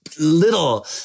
Little